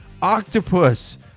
Octopus